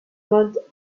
mode